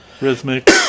rhythmic